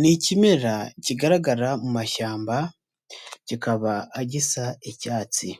Ni ikimera kigaragara mu mashyamba, kikaba gisa icyatsi,